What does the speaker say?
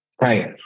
Right